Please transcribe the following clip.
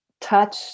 touch